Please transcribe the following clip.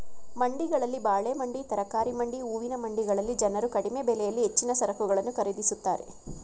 ಮಂಡಿಗಳಲ್ಲಿ ಬಾಳೆ ಮಂಡಿ, ತರಕಾರಿ ಮಂಡಿ, ಹೂವಿನ ಮಂಡಿಗಳಲ್ಲಿ ಜನರು ಕಡಿಮೆ ಬೆಲೆಯಲ್ಲಿ ಹೆಚ್ಚಿನ ಸರಕುಗಳನ್ನು ಖರೀದಿಸುತ್ತಾರೆ